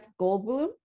Goldblum